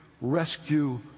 rescue